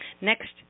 Next